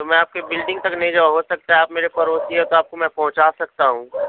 تو میں آپ کے بلڈنگ تک نہیں جاؤں گا ہو سکتا ہے آپ میرے پاس پڑوسی ہو تو آپ کو میں پہنچا سکتا ہوں